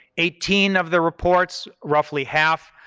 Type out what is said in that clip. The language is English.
eighteen of the reports, roughly half,